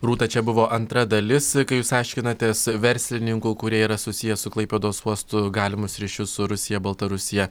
rūta čia buvo antra dalis kai jūs aiškinatės verslininkų kurie yra susiję su klaipėdos uostu galimus ryšius su rusija baltarusija